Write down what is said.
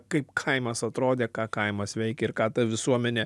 kaip kaimas atrodė ką kaimas veikė ir ką ta visuomenė